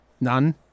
None